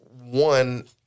one